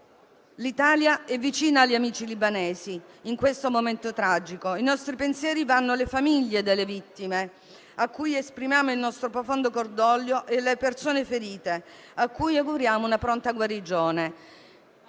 «l'Italia è vicina agli amici libanesi in questo momento tragico. I nostri pensieri vanno alle famiglie delle vittime a cui esprimiamo il nostro profondo cordoglio, e alle persone ferite a cui auguriamo una pronta guarigione».